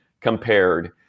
compared